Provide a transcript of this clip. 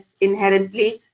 inherently